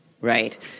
Right